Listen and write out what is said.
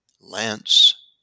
lance